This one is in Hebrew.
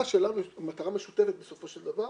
שלנו היא מטרה משותפת בסופו של דבר.